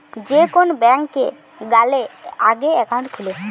যে কোন ব্যাংকে গ্যালে আগে একাউন্ট খুলে